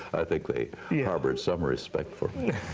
think they harbored some respect for me.